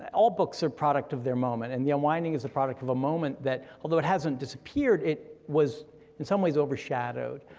all books are product of their moment, and the unwinding is the product of a moment that, although it hasn't disappeared, it was in some ways overshadowed.